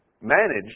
managed